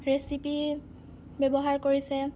recipe ব্যৱহাৰ কৰিছে